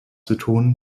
betonen